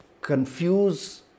confuse